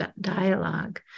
dialogue